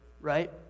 right